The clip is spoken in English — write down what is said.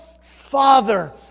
Father